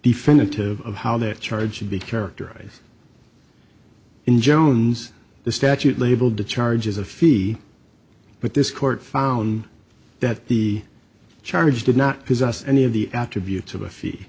definitive of how the charge should be characterized in jones the statute labeled the charges a fee but this court found that the charge did not possess any of the attributes of a fee